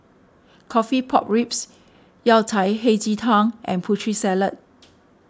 Coffee Pork Ribs Yao Cai Hei Ji Tang and Putri Salad